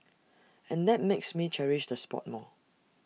and that makes me cherish the spot more